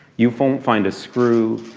you won't find a screw.